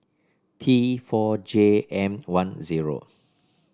T four J M one O